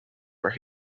where